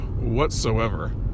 whatsoever